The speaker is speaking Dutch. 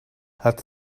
het